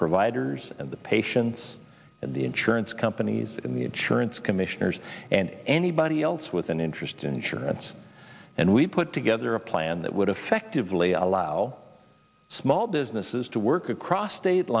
providers and the patients and the insurance companies in the ad surance commissioners and anybody else with an interest insurance and we put together a plan that would effectively allow small businesses to work across state